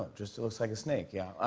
just it looks like a snake. yeah.